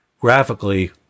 graphically